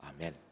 Amen